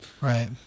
Right